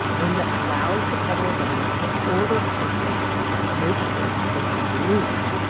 one that allows the federal government to order companies to make things that this country needs.